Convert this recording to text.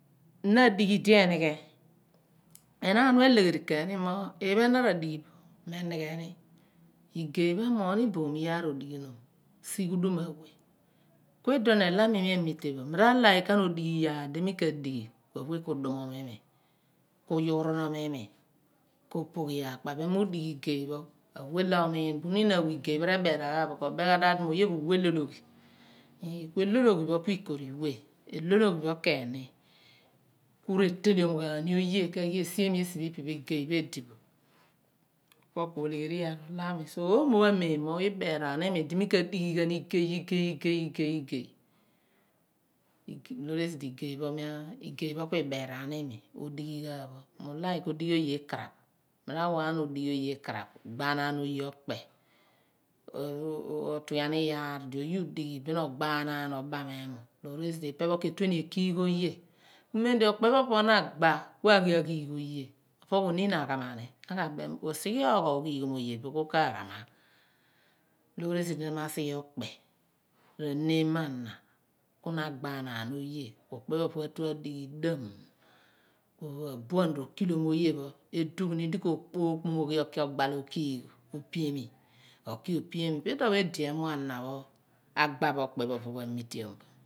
Nadigh idi enighe enaan eleherini mi phen kui igeypho sighu dum a lueh idion mi amite bo me ra like ghan di aweh ku pumum imi ku yughuronom imi ku pogh iyaar ukaaph kparipe dighi igeypho opueniom bunen aweh igeypho ruberaanghan but komin oyepho mumelo loghi eehi kui elo loghi kui ru kori weh rutorori ghani oye kesighi esephom epe igey pho edi bo so omopha mem mo iberaanimid mi kadighi ghan igey igey igey loor esi d igey kui iberaanimi odighi mu like odighi oye ikraph miura waghan odighi oye ikraph ogbanaan oye okpe otughian iyaar d oye odighi bin ogba obam emupho ipepho ketueni ekigh oye mem d okpe pho popho kua ghi aghigh oye onu aghamani osighe oogho oghohom oye bin ku ka ghama bin loor esi d nama seghe okpe re nama na ka na gbanaan oye okpe phopopho dighi dam kua buan ro kilom oye pho mi dughni ogbaam ogbi oghigh ophiami iduopho edi emu napho gbabo okpe pho